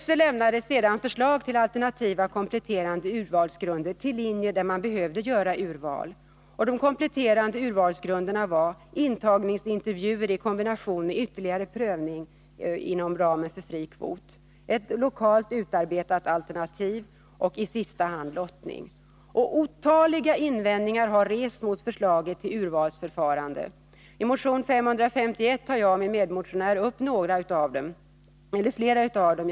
SÖ lämnade sedan förslag till alternativa kompletterande urvalsgrunder till linjer där man behövde göra urval. De kompletterande urvalsgrunderna var intagningsintervjuer i kombination med ytterligare prövning inom ramen för fri kvot, ett lokalt utarbetat alternativ och i sista hand lottning. Otaliga invändningar har rests mot förslaget till urvalsförfarande. I motion 1980/ 81:551 tar jag och min medmotionär upp flera av dem.